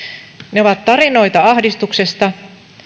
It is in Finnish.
ne ovat tarinoita ahdistuksesta